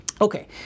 Okay